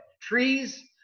Trees